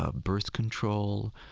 ah birth control,